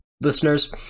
listeners